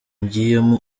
ngiyemo